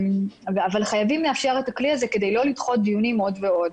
אבל חייבים לאפשר את הכלי הזה כדי לא לדחות דיונים עוד ועוד.